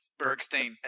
Bergstein